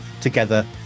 together